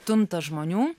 tuntas žmonių